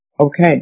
Okay